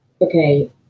okay